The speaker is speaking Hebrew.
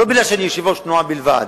לא בגלל העובדה שאני יושב-ראש התנועה בלבד,